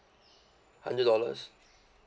hundred dollars